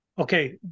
Okay